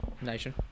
Nation